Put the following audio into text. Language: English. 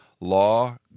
Law